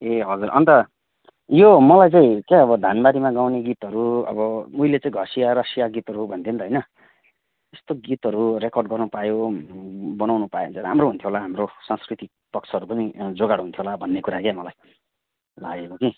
ए हजुर अन्त यो मलाई चाहिँ क्या अब धानबारीमा गाउने गीतहरू अब उहिले चाहिँ घँसिया रसिया भन्थ्यो नि त होइन यस्तो गीतहरू रेकर्ड गर्न पायो बनाउनु पायो भने त राम्रो हुन्थ्यो होला हाम्रो संस्कृति पक्षहरू पनि जोगाड हुन्थ्यो होला भन्ने कुरा के मलाई लागेको कि